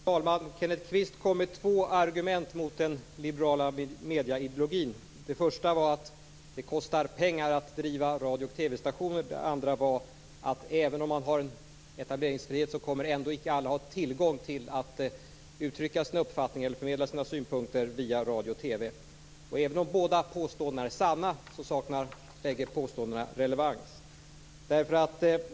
Fru talman! Kenneth Kvist kom med två argument mot den liberala medieideologin. Det första var att det kostar pengar att driva radio och TV-stationer. Det andra var att även om man har etableringsfrihet kommer icke alla att ha samma tillgänglighet så att de kan uttrycka sin uppfattning eller förmedla sina synpunkter via radio och TV. Även om båda dessa påståenden är sanna saknar bägge påståendena relevans.